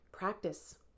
Practice